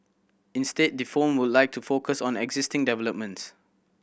instead the firm would like to focus on existing developments